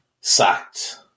sacked